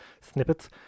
snippets